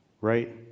right